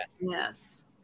Yes